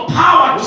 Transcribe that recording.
power